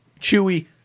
Chewy